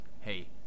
hey